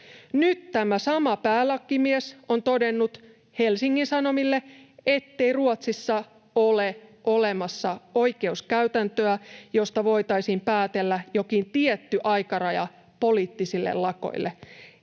Nyt tämä sama päälakimies on todennut Helsingin Sanomille, ettei Ruotsissa ole olemassa oikeuskäytäntöä, josta voitaisiin päätellä jokin tietty aikaraja poliittisille lakoille.